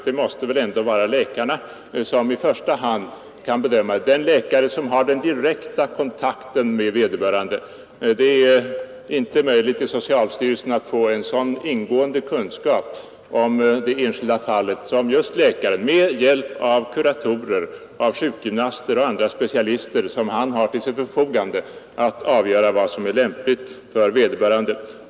Det måste väl ändå i första hand vara de läkare som har den direkta kontakten med vederbörande som kan bedöma deras behov. Socialstyrelsen har inte möjlighet att skaffa sig den ingående kännedom om det enskilda fallet som krävs för att avgöra vad som är lämpligt för vederbörande. Men det har just läkaren med hjälp av kuratorer, sjukgymnaster och andra specialister som står till hans förfogande.